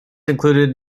included